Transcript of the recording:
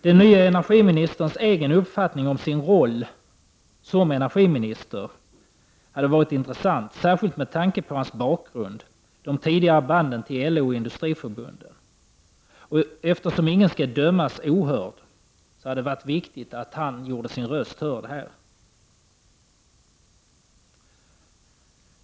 Den nye energiministerns egen uppfattning om sin roll som energiminister hade varit intressant att få veta, särskilt med tanke på hans bakgrund och tidigare band till LO och industriförbunden. Eftersom ingen skall dömas ohörd hade det varit betydelsefullt om han hade gjort sin stämma hörd här.